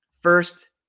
First